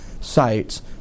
sites